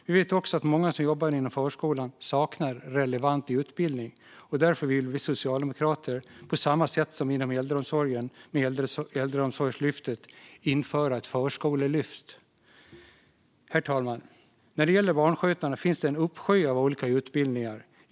Vi vet också att många som jobbar inom förskolan saknar relevant utbildning. Därför vill vi socialdemokrater, på samma sätt som inom äldreomsorgen med Äldreomsorgslyftet, införa ett förskolelyft. Herr talman! När det gäller barnskötarna finns det en uppsjö av olika utbildningar.